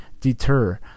deter